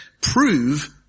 prove